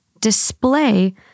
display